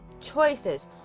choices